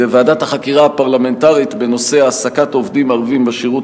בוועדת החקירה הפרלמנטרית בנושא העסקת עובדים ערבים בשירות